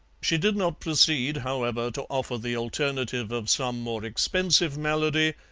she did not proceed, however, to offer the alternative of some more expensive malady,